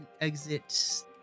exit